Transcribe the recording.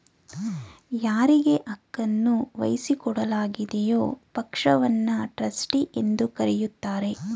ಯಾರಿಗೆ ಹಕ್ಕುನ್ನ ವಹಿಸಿಕೊಡಲಾಗಿದೆಯೋ ಪಕ್ಷವನ್ನ ಟ್ರಸ್ಟಿ ಎಂದು ಕರೆಯುತ್ತಾರೆ